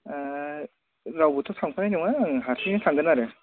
रावबोथ' थांफानाय नङा आं हारसिङै थांगोन आरो